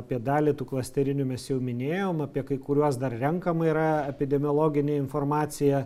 apie dalį tų klasterinių mes jau minėjom apie kai kuriuos dar renkama yra epidemiologinė informacija